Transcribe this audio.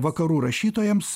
vakarų rašytojams